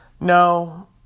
No